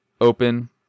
open